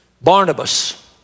Barnabas